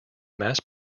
mass